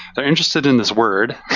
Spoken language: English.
they're interested in this word,